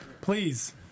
please